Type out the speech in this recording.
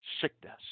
sickness